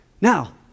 Now